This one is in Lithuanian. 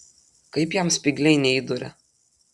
kaip jam spygliai neįduria